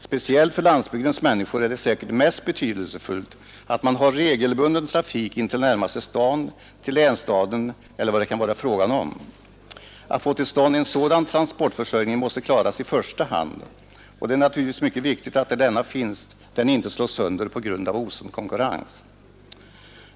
Speciellt för landsbygdens människor är det säkert mest betydelsefullt att man har regelbunden trafik in till närmaste stad, till länsstaden eller vad det kan vara fråga om. Att få till stånd en sådan transportförsörjning måste klaras i första hand. Det är naturligtvis mycket viktigt att, där denna finns, den inte slås sönder på grund av osund konkurrens.